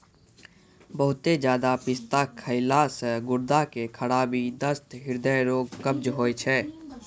बहुते ज्यादा पिस्ता खैला से गुर्दा के खराबी, दस्त, हृदय रोग, कब्ज होय छै